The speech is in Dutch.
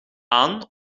aan